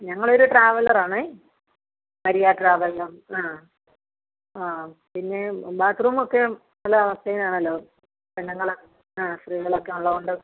ഞങ്ങൾ ഒരു ട്രാവലർ ആണേ മരിയ ട്രാവലർ ആ ആ പിന്നെ ബാത്റൂം ഒക്കെ നല്ല ക്ലീൻ ആണല്ലോ പെണ്ണുങ്ങൾ ആ സ്ത്രീകളൊക്കെ ഉള്ളതുകൊണ്ട്